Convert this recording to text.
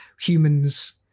humans